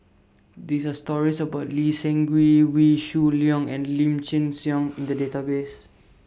These Are stories about Lee Seng Gee Wee Shoo Leong and Lim Chin Siong in The databases